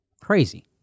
Crazy